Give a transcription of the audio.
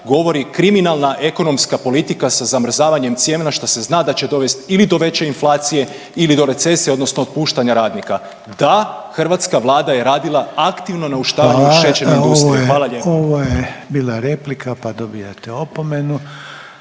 govori kriminalna ekonomska politika sa zamrzavanjem cijena šta se zna da će dovest ili do veće inflacije ili do recesije odnosno otpuštanja radnika. Ta, hrvatska vlada je radila aktivno na uništavanju šećerne industrije. Hvala lijepa. **Reiner, Željko (HDZ)** Hvala. Ovo je bila replika pa dobijate opomenu.